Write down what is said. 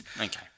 Okay